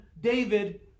David